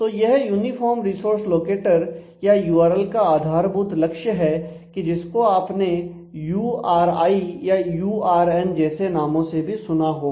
तो यह uniform resource locator या यूआरएल का आधारभूत लक्ष्य है जिसको आपने यू आर आई जैसे नामों से भी सुना होगा